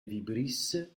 vibrisse